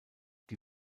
die